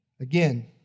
Again